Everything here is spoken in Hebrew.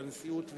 בנשיאות,